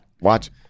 Watch